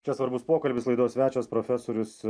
čia svarbus pokalbis laidos svečias profesorius